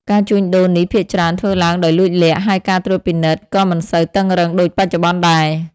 ការជួញដូរនេះភាគច្រើនធ្វើឡើងដោយលួចលាក់ ហើយការត្រួតពិនិត្យក៏មិនសូវតឹងរ៉ឹងដូចបច្ចុប្បន្នដែរ។